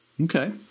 Okay